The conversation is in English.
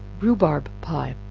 rhubarb pie.